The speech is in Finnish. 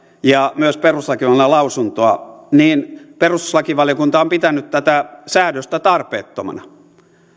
ja myös perustuslakivaliokunnan lausuntoa niin perustuslakivaliokunta on pitänyt tätä säädöstä tarpeettomana